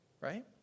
right